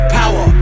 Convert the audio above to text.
power